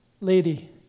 lady